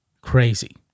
Crazy